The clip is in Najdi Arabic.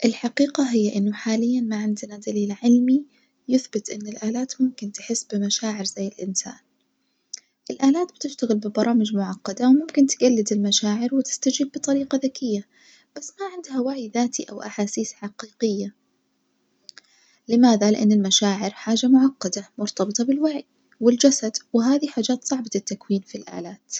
الحقيقة هي إنه حاليا ما عندنا دليل علمي يثبت إن الآلات ممكن تحس بمشاعر زي الإنسان، الآلات بتشتغل ببرامج معقدة وممكن تجلد المشاعر وتستجيب بطريقة ذاتية بس ما عندها وعي ذاتي أو أحاسيس حقيقية، لماذا؟ لإن المشاعر حاجة معقدة مرتبطة بالوعي والجسد وذي حاجات صعبة التكوين في الآلات.